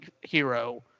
hero